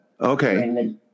Okay